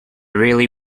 really